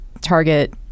target